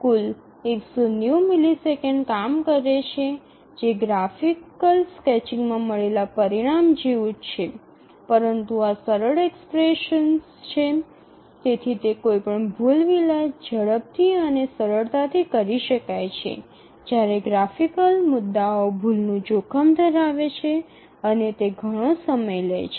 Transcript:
કુલ ૧૯0 millisecond કામ કરે છે જે ગ્રાફિકલ સ્કેચિંગમાં મળેલા પરિણામ જેવું જ છે પરંતુ આ સરળ એક્સપ્રેશન્સ છે તેથી તે કોઈપણ ભૂલ વિના ઝડપથી અને સરળતાથી કરી શકાય છે જ્યારે ગ્રાફિકલ મુદ્દાઓ ભૂલનું જોખમ ધરાવે છે અને તે ઘણો સમય લે છે